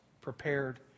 prepared